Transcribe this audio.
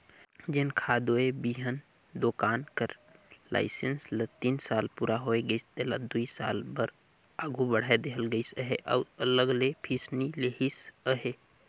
जेन खातूए बीहन दोकान कर लाइसेंस ल तीन साल पूरा होए गइस तेला दुई साल बर आघु बढ़ाए देहल गइस अहे अउ अलग ले फीस नी लेहिस अहे